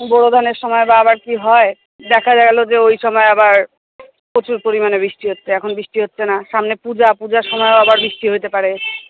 বোরো ধানের সময় বা আবার কী হয় দেখা গেলো যে ওই সময় আবার প্রচুর পরিমাণে বৃষ্টি হচ্ছে এখন বৃষ্টি হচ্ছে না সামনে পূজা পূজার সময়ও আবার বৃষ্টি হইতে পারে